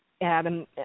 Adam